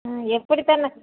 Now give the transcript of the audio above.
ம் எப்படித்தான்